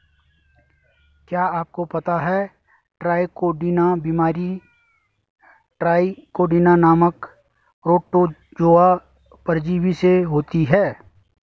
क्या आपको पता है ट्राइकोडीना बीमारी ट्राइकोडीना नामक प्रोटोजोआ परजीवी से होती है?